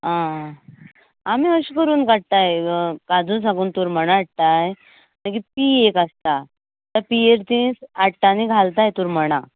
आं आमी अशे करून काडटाय काजू सांगून तुरमणां हाडटाय मागीर ती एक आसता ती एक दीस हाडटा आनी घालता तुरमणां